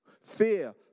Fear